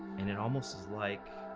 and it almost was like.